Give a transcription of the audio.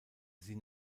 sie